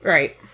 Right